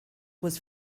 was